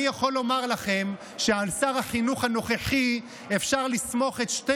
אני יכול לומר לכם שעל שר החינוך הנוכחי אפשר לסמוך את שתי